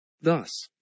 Thus